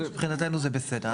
מבחינתנו זה בסדר.